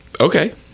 okay